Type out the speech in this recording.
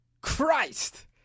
Christ